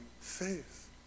faith